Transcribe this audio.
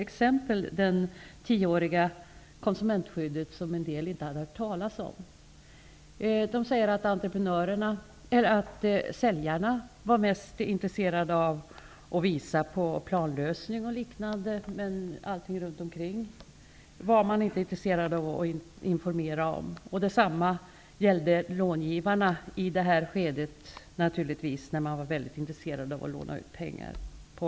En del hade t.ex. inte hört talas om det tioåriga konsumentskyddet. De säger att säljarna var mest intresserade av att visa planlösning och liknande. Man var inte intresserad av att informera om allt runt omkring. Det samma gällde långivarna. I det här skedet var de mycket intresserade av att låna ut pengar.